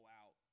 out